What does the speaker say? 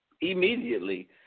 immediately